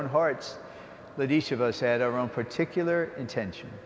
own hearts that each of us had our own particular intention